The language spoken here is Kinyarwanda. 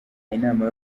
inama